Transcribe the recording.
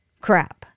Crap